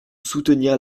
soutenir